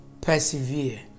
persevere